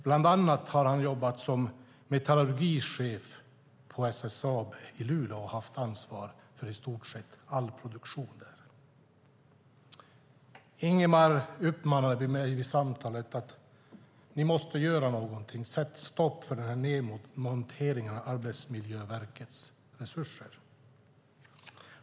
Han har bland annat jobbat som metallurgichef på SSAB i Luleå och haft ansvar för i stort sett all produktion där. Ingemar sade vid samtalet att vi måste göra någonting och sätta stopp för neddragningen av Arbetsmiljöverkets resurser.